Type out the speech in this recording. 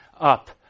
up